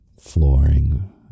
flooring